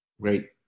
Great